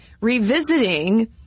revisiting